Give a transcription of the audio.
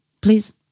please